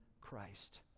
Christ